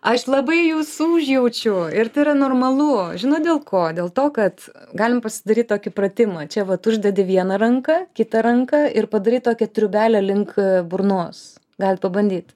aš labai jus užjaučiu ir tai yra normalu žinot dėl ko dėl to kad galim pasidaryt tokį pratimą čia vat uždedi vieną ranką kitą ranką ir padarai tokią triūbelę link burnos galit pabandyt